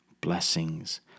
blessings